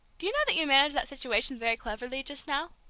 do you know that you managed that situation very cleverly just now?